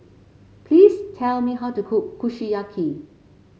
please tell me how to cook Kushiyaki